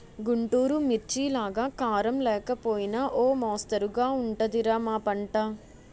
గుంటూరు మిర్చిలాగా కారం లేకపోయినా ఓ మొస్తరుగా ఉంటది రా మా పంట